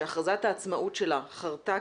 שהכרזת העצמאות שלה חרתה,